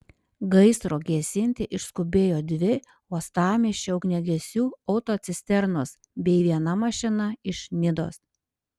gaisro gesinti išskubėjo dvi uostamiesčio ugniagesių autocisternos bei viena mašina iš nidos